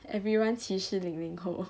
everyone 歧视零零后